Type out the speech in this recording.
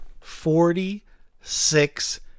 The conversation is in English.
Forty-six